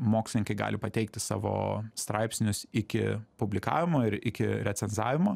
mokslininkai gali pateikti savo straipsnius iki publikavimo ir iki recenzavimo